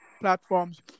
platforms